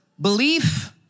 belief